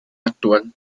actual